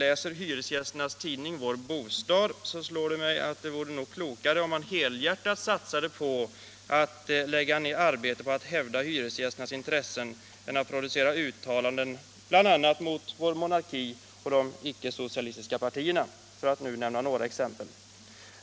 läser Hyresgästernas tidning Vår Bostad, så slår det mig att det nog vore klokare att helhjärtat satsa på att lägga ned arbete på att hävda hyresgästernas intressen än att producera uttalanden mot vår monarki och de icke-socialistiska partierna, för att nu ta några exempel.